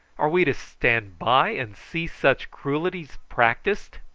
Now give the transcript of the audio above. are we to stand by and see such cruelties practised?